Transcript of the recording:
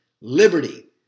liberty